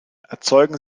erzeugen